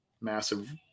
massive